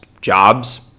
jobs